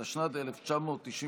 התשנ"ד 1994,